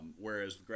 Whereas